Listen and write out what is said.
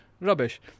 Rubbish